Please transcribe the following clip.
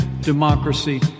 democracy